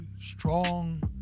strong